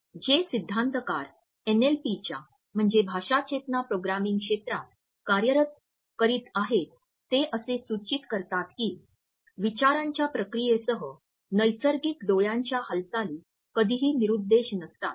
जे सिद्धांतकार एनएलपीच्या भाषाचेतना प्रोग्रामिंग क्षेत्रात कार्य करीत आहेत ते असे सूचित करतात की विचारांच्या प्रक्रियेसह नैसर्गिक डोळ्याच्या हालचाली कधीही निरूददेश नसतात